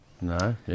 No